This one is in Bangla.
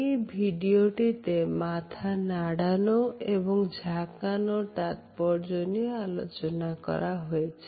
এই ভিডিওটিতে মাথা নাড়ানো এবং ঝাঁকানোর তাৎপর্য নিয়ে আলোচনা করা হয়েছে